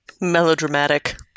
Melodramatic